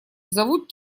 зовут